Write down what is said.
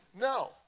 No